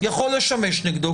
יכול לשמש נגדו.